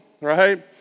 right